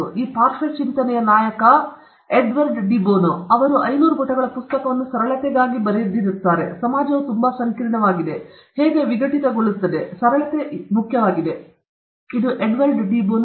ಈ ಪಾರ್ಶ್ವ ಚಿಂತನೆಯ ನಾಯಕ ಯಾರು ಎಡ್ವರ್ಡ್ ಡಿ ಬೋನೊ ಸರಿ ಅವರು 500 ಪುಟಗಳ ಪುಸ್ತಕವನ್ನು ಸರಳತೆಯಾಗಿ ಬರೆಯುತ್ತಾರೆ ಸಮಾಜವು ತುಂಬಾ ಸಂಕೀರ್ಣವಾಗಿದೆ ಹೇಗೆ ವಿಘಟಿತಗೊಳ್ಳುತ್ತದೆ ಇದು ಸರಳತೆ ಪುಸ್ತಕ ಎಡ್ವರ್ಡ್ ಡಿ ಬೋನೊ